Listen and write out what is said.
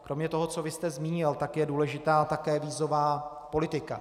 Kromě toho, co vy jste zmínil, je důležitá také vízová politika.